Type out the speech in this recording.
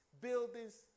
buildings